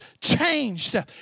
changed